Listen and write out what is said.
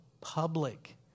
public